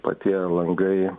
o tie langai